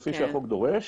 כפי שהחוק דורש,